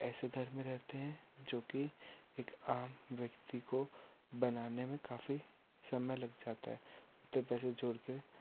एक ऐसे घर में रहते हैं जो कि एक आम व्यक्ति को बनाने में काफ़ी समय लग जाता है उतने पैसे जोड़ के